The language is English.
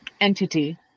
entity